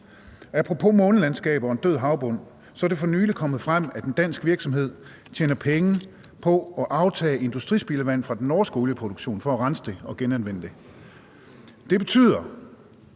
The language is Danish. Apropos månelandskaber og en død havbund er det for nylig kommet frem, at en dansk virksomhed tjener penge på at aftage industrispildevand fra den norske olieproduktion for at rense det og genanvende det. Det betyder,